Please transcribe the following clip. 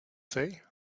say